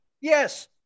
Yes